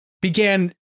began